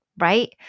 Right